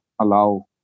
allow